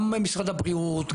גם משרד הבריאות,